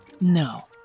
No